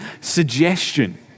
suggestion